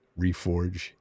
Reforge